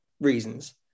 reasons